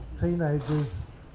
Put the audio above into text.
teenagers